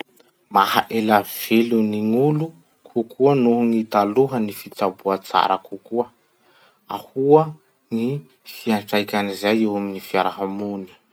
Maha ela velo ny gn'olo kokoa nohon'ny taloha gny fitsaboa tsara kokoa. Ahoa ny fiantraikan'izay eo amin'ny fiarahamony?